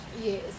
yes